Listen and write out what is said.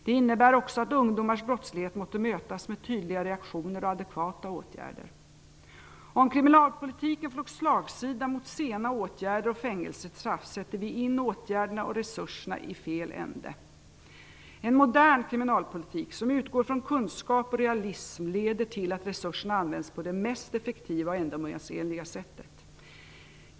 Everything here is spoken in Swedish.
Det innebär också att ungdomars brottslighet måste mötas med tydliga reaktioner och adekvata åtgärder. Om kriminalpolitiken får slagsida mot sena åtgärder och fängelsestraff, sätter vi in åtgärderna och resurserna i fel ände. En modern kriminalpolitik, som utgår från kunskap och realism, leder till att resurserna används på det mest effektiva och ändamålsenliga sättet.